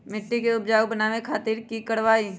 मिट्टी के उपजाऊ बनावे खातिर की करवाई?